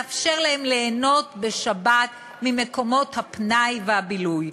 לאפשר להן ליהנות בשבת ממקומות הפנאי והבילוי.